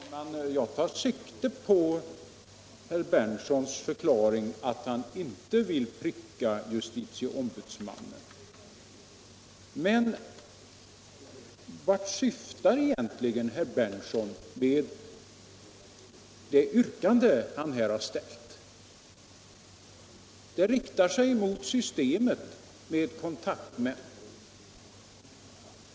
Herr talman! Jag tar sikte på herr Berndtsons förklaring att han inte vill pricka justitieombudsmannen. Mcn vart syftar egentligen herr Berndtson med det yrkande han här har ställt? Det riktar sig mot systemet med kontaktmän.